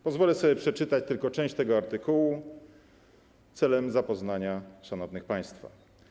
Pozwolę sobie przeczytać tylko część tego artykułu, celem zapoznania szanownych państwa: